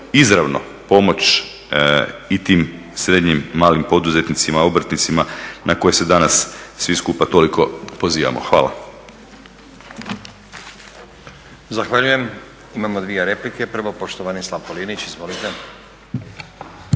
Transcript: izravno pomoći i tim srednjim, malim poduzetnicima obrtnicima na koje se danas svi skupa toliko pozivamo. Hvala.